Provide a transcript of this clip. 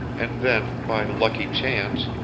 and then, by lucky chance,